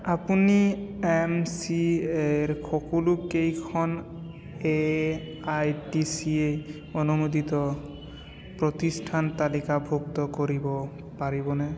আপুনি M C এৰ সকলোকেইখন A I T C A অনুমোদিত প্ৰতিষ্ঠান তালিকাভুক্ত কৰিব পাৰিবনে